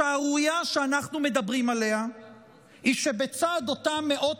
השערורייה שאנחנו מדברים עליה היא שבצד אותם מאות